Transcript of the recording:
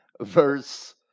verse